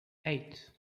eight